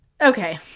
Okay